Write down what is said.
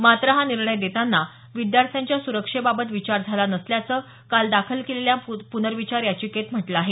मात्र हा निर्णय देताना विद्यार्थ्यांच्या सुरक्षेबाबत विचार झाला नसल्याचं काल दाखल केलेल्या प्नर्विचार याचिकेत म्हटलं आहे